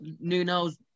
Nuno's